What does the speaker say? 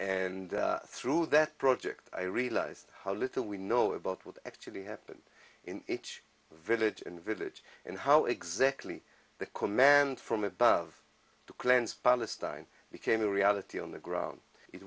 and through that project i realized how little we know about what actually happened in each village and village and how exactly the command from above to cleanse palestine became a reality on the ground